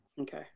okay